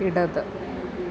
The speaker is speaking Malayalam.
ഇടത്